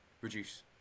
reduce